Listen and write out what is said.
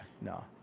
No